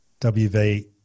WV